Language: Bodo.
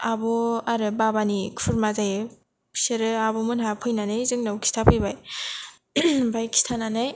आब' आरो बाबानि खुरमा जायो बिसोरो आब' मोनहा फैनानै जोंनाव खिथाफैबाय ओमफ्राय खिथानानै